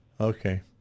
Okay